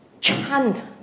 chant